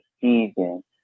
season